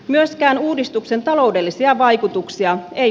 myöskään uudistuksen taloudellisia vaikutuksia ei